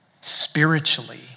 spiritually